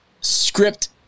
script